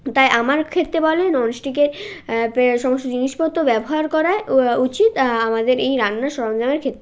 তাই আমার ক্ষেত্রে বললে ননস্টিকের পে সমস্ত জিনিসপত্র ব্যবহার করা উচিত আমাদের এই রান্নার সরঞ্জামের ক্ষেত্রে